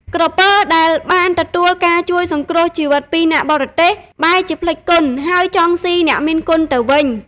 ក្រពើដែលបានទទួលការជួយសង្គ្រោះជីវិតពីអ្នកបរទេះ បែរជាភ្លេចគុណ ហើយចង់ស៊ីអ្នកមានគុណទៅវិញ។